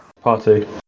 party